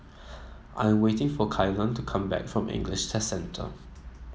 I'm waiting for Kaylan to come back from English Test Centre